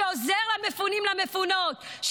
שעוזר למפונים ולמפונות,